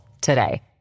today